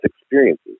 experiences